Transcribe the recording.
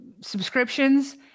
subscriptions